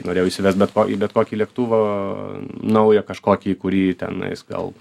norėjau įsivest bet ko į bet kokį lėktuvą naują kažkokį kurį tenais gal